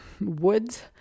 woods